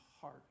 heart